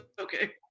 Okay